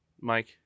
Mike